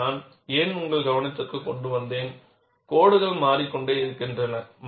இதை நான் ஏன் உங்கள் கவனத்திற்குக் கொண்டு வந்தேன் கோடுகள் மாறிக்கொண்டே இருக்கின்றன